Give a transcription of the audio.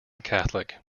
catholic